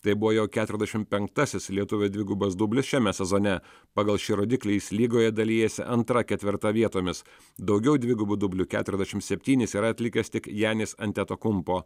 tai buvo jo keturiasdešimt penktasis lietuvio dvigubas dublis šiame sezone pagal šį rodiklį jis lygoje dalijasi antra ketvirta vietomis daugiau dvigubų dublių keturiasdešimt septynis yra atlikęs tik janis antetokounmpo